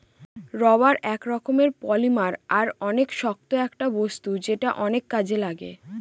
rubber এক রকমের polymer আর অনেক শক্ত একটা বস্তু যেটা অনেক কাজে লাগে